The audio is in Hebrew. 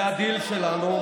זה הדיל שלנו,